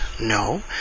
No